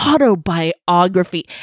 autobiography